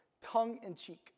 tongue-in-cheek